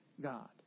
God